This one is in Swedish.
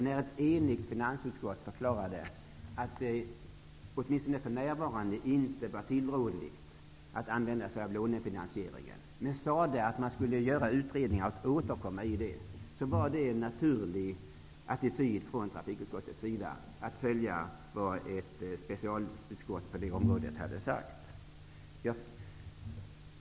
När ett enigt finansutskott förklarade att det åtminstone för närvarande inte var tillrådligt att använda sig av lånefinansiering men sade att man skulle göra utredningar och återkomma i frågan, var det en naturlig attityd från trafikutskottets sida att följa vad ett specialutskott på det området hade sagt.